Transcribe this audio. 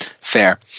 Fair